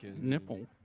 nipple